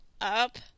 up